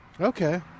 Okay